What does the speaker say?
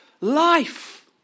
life